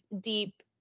deep